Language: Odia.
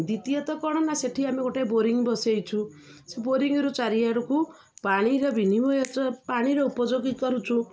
ଦ୍ୱିତୀୟତଃ କ'ଣ ନା ସେଠି ଆମେ ଗୋଟେ ବୋରିଙ୍ଗ ବସାଇଛୁ ସେ ବୋରିଙ୍ଗରୁ ଚାରିଆଡ଼କୁ ପାଣିର ପାଣିର ବିନିମୟ ଉପଯୋଗୀ କରୁଛୁ